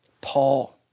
Paul